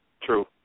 True